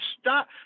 stop